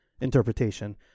interpretation